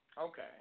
Okay